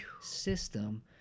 system